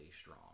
strong